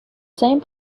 same